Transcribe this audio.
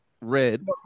red